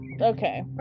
Okay